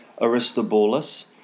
Aristobulus